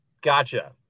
Gotcha